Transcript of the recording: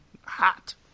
hot